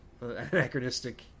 Anachronistic